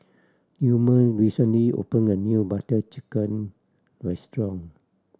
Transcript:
Gilmer recently opened a new Butter Chicken restaurant